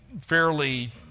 fairly